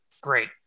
Great